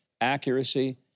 accuracy